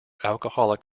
alcoholic